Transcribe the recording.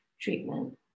treatment